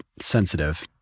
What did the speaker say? sensitive